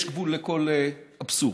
יש גבול לכל אבסורד.